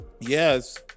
yes